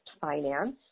finance